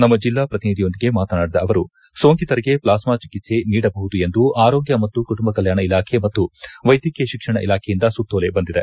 ನಮ್ಮ ಜಿಲ್ಲಾ ಪ್ರತಿನಿಧಿಯೊಂದಿಗೆ ಮಾತನಾಡಿದ ಅವರು ಸೋಂಕಿತರಿಗೆ ಪ್ಲಾಸ್ಮಾ ಚಿಕಿತ್ಸೆ ನೀಡಬಹುದು ಎಂದು ಆರೋಗ್ಕ ಮತ್ತು ಕುಟುಂಬ ಕಲ್ಕಾಣ ಇಲಾಖೆ ಮತ್ತು ವೈದ್ಯಕೀಯ ಶಿಕ್ಷಣ ಇಲಾಖೆಯಿಂದ ಸುತ್ತೋಲೆ ಬಂದಿದೆ